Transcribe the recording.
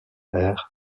air